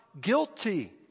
guilty